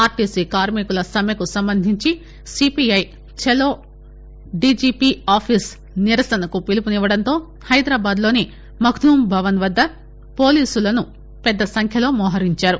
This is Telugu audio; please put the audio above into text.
ఆర్టీసీ కార్మికుల సమ్మెకు సంబంధించి సీపీఐ చలో డీజీపీ ఆఫీసు నిరసనకు పిలుపునివ్వడంతో హైదరాబాద్లోని ముగ్దుం భవన్ వద్ద పోలీసులను పెద్ద సంఖ్యలో మోహరించారు